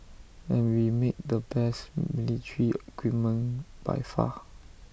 and we make the best military equipment by far